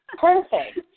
perfect